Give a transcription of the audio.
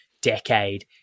decade